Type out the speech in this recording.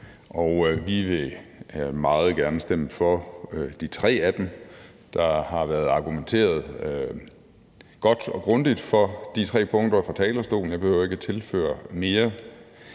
og vi vil meget gerne stemme for de tre af dem. Der har været argumenteret godt og grundigt for de tre punkter fra talerstolen, og jeg behøver ikke tilføre mere.